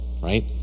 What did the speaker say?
right